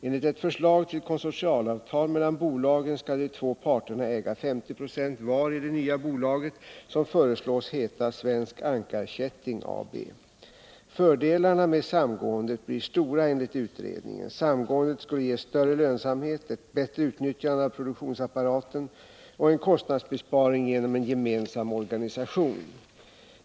Enligt ett förslag till konsortialavtal mellan bolagen skall de två parterna äga 50 20 var i det nya bolaget, som föreslås heta Svensk Ankarkätting AB. Fördelarna med samgåendet blir enligt utredningen stora. Samgåendet skulle ge större lönsamhet, ett bättre utnyttjande av produktionsapparaten och en kostnadsbesparing genom en gemensam organisation.